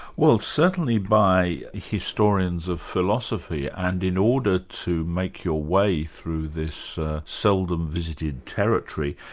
well certainly by historians of philosophy, and in order to make your way through this seldom-visited territory,